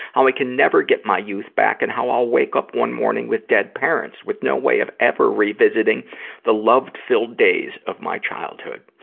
how i can never get my youth back, and how i'll wake one morning with dead parents with no way of ever revisiting the love-filled days of my childhood.